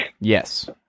Yes